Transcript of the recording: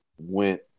went